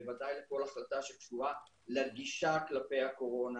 בוודאי לכל החלטה שקשורה לגישה כלפי הקורונה